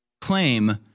claim